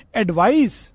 advice